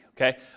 Okay